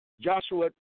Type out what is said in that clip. Joshua